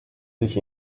sich